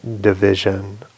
division